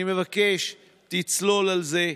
אני מבקש: תצלול לזה,